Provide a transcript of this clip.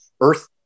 earth